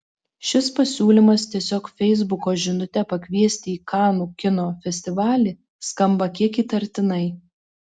šis pasiūlymas tiesiog feisbuko žinute pakviesti į kanų kino festivalį skamba kiek įtartinai